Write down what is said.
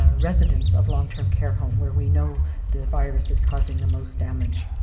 ah residents of long-term care homes, where we know the virus is causing the most damage.